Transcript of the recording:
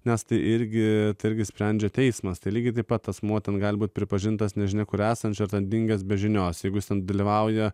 nes tai irgi irgi sprendžia teismas lygiai taip pat asmuo ten gali būti pripažintas nežinia kur esančia dingęs be žinios jeigu jis ten dalyvauja